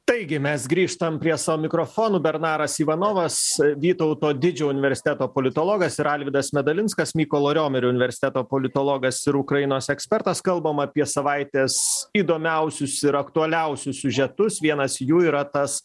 taigi mes grįžtam prie savo mikrofonų bernaras ivanovas vytauto didžiojo universiteto politologas ir alvydas medalinskas mykolo romerio universiteto politologas ir ukrainos ekspertas kalbam apie savaitės įdomiausius ir aktualiausius siužetus vienas jų yra tas